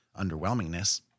underwhelmingness